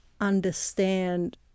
understand